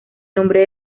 nombre